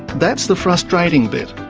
that's the frustrating bit.